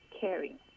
caring